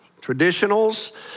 traditionals